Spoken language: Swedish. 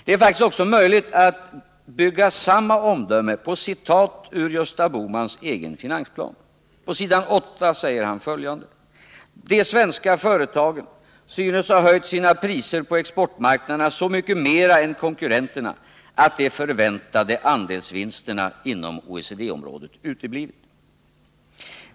Det är faktiskt också möjligt att bygga samma omdöme på citat ur Gösta Bohmans egen reviderade finansplan. På s. 8 säger han att ”de svenska företagen enligt konjunkturinstitutets förnyade beräkningar synes ha höjt sina priser på exportmarknaden så mycket mera än konkurrenterna att de förväntade andelsvinsterna inom OECD-området uteblivit”.